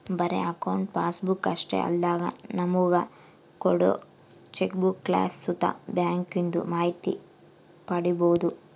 ಬರೇ account passbook ಅಷ್ಟೇ ಅಲ್ದಂಗ ನಮುಗ ಕೋಡೋ ಚೆಕ್ಬುಕ್ಲಾಸಿ ಸುತ ಬ್ಯಾಂಕಿಂದು ಮಾಹಿತಿ ಪಡೀಬೋದು